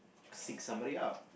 seek somebody out